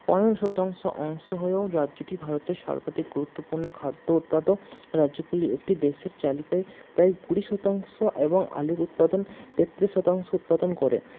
পনেরো শতাংশ অংশ হয়েও রাজ্যটি ভারতের সর্বাধিক গুরুত্বপূর্ণ খাদ্য উৎপাদক রাজ্যগুলি একটি দেশের তালিকায় প্রায় কুড়ি শতাংশ এবং আলুর উৎপাদন তেত্রিশ শতাংশ উৎপাদন করে